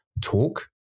talk